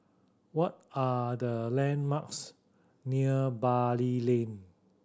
what are the landmarks near Bali Lane